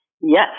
Yes